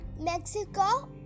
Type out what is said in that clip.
Mexico